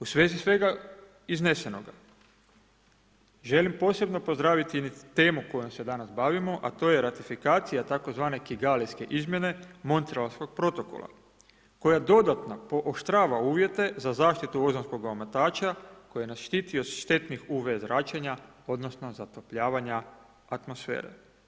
U svezi svega iznesenoga želim posebno pozdraviti temu kojom se danas bavimo, a to je ratifikacija tzv. kigalijske izmjene Montrealskog protokola koja dodatno pooštrava uvjete za zaštitu ozonskoga omotača koji nas štiti od štetnih UV zračenja odnosno zatopljavanja atmosfere.